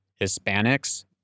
Hispanics